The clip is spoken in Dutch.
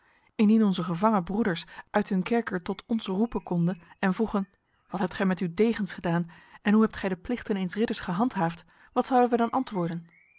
indien onze gevangen broeders uit hun kerker tot ons roepen konden en vroegen wat hebt gij met uw degens gedaan en hoe hebt gij de plichten eens ridders gehandhaafd wat zouden wij dan antwoorden